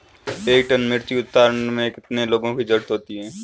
एक टन मिर्ची उतारने में कितने लोगों की ज़रुरत होती है?